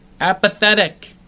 apathetic